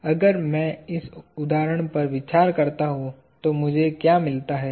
तो अगर मैं इस उदाहरण पर विचार करता हूं तो मुझे क्या मिलता है